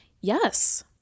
Yes